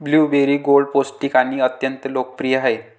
blueberry गोड, पौष्टिक आणि अत्यंत लोकप्रिय आहेत